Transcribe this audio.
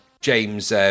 James